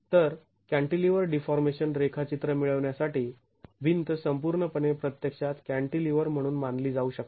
तर cantilever deformation रेखाचित्र मिळविण्यासाठी भिंत संपूर्णपणे प्रत्यक्षात कॅण्टिलीवर म्हणून मानली जाऊ शकते